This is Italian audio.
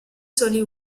soli